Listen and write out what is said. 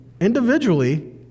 Individually